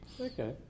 Okay